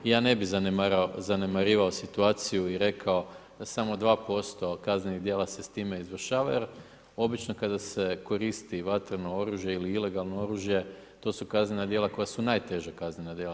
Ja ne bih zanemarivao situaciju i rekao samo 2% kaznenih djela se s time izvršava, jer obično kada se koristi vatreno oružje ili ilegalno oružje to su kaznena djela koja su najteža kaznena djela.